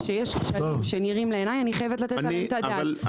כשיש כשלים שנראים לעיניי אני חייבת לתת את הדעת.